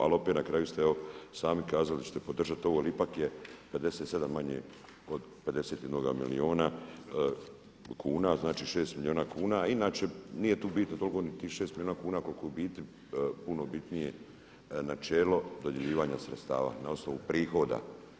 Ali opet na kraju ste sami kazali da ćete podržati ovo jer ipak je 57 manji od 51 milijuna kuna, znači 6 milijuna kuna a inače nije tu bitno toliko ni tih 6 milijuna kuna koliko u biti je puno bitnije načelo dodjeljivanja sredstava na osnovu prihoda.